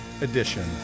edition